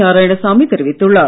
நாராயணசாமி தெரிவித்துள்ளார்